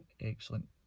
excellent